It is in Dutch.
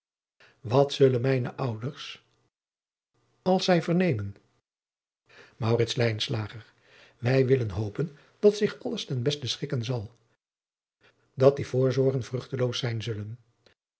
wat zullen mijne ouders als zij vernemen maurits lijnslager wij willen hopen dat zich alles ten beste schikken zal dat die voorzorgen vruchteloos zijn zullen